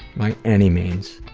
by any means.